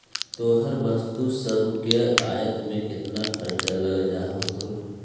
तोहर वस्तु सब के आयात में केतना खर्चा लग जा होतो?